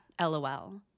lol